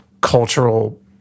cultural